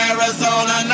Arizona